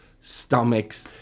stomachs